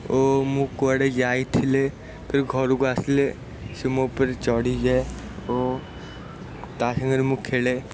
ଓ ମୁଁ କୁଆଡ଼େ ଯାଇଥିଲେ ଫେର ଘରକୁ ଆସିଲେ ସେ ମୋ ଉପରେ ଚଢ଼ିଯାଏ ଓ ତା ସାଙ୍ଗରେ ମୁଁ ଖେଳେ